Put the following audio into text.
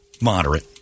moderate